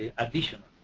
additional.